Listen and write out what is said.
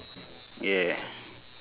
yeah